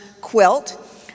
quilt